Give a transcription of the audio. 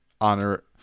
honor